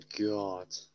god